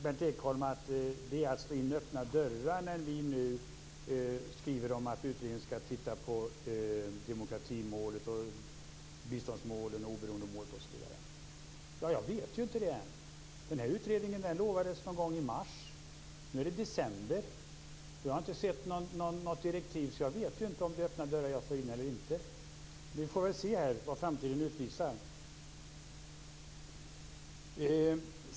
Berndt Ekholm säger att det är att slå in öppna dörrar när vi nu skriver om att utredningen ska titta på demokratimålet, biståndsmålen, oberoendmålet osv. Ja, jag vet inte. Utredningen utlovades någon gång i mars. Nu är det december men jag har ännu inte sett något direktiv så jag vet inte om jag slår in öppna dörrar eller inte. Vi får väl se vad framtiden utvisar.